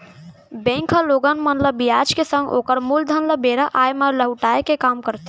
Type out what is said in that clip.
bank ह लोगन मन ल बियाज के संग ओकर मूलधन ल बेरा आय म लहुटाय के काम करथे